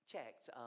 Checked